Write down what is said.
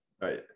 right